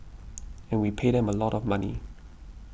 and we pay them a lot of money